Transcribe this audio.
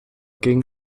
gingen